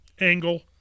angle